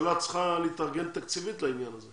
והממשלה צריכה להתארגן תקציבית לעניין הזה.